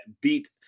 beat